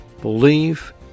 Believe